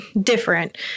different